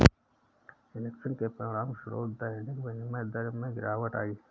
injection के परिणामस्वरूप दैनिक विनिमय दर में गिरावट आई